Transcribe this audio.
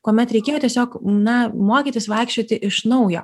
kuomet reikėjo tiesiog na mokytis vaikščioti iš naujo